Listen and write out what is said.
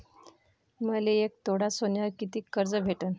मले एक तोळा सोन्यावर कितीक कर्ज भेटन?